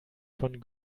von